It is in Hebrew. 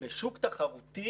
בשוק תחרות,